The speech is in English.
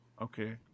Okay